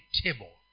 table